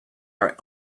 our